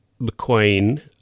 McQueen